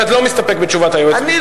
אתה לא מסתפק בתשובת היועץ המשפטי.